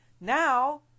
Now